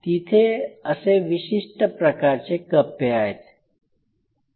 तिथे असे विशिष्ट प्रकारचे कप्पे आहेत